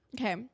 Okay